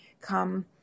come